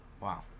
wow